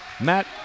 Matt